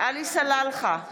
עלי סלאלחה,